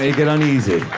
ah get uneasy.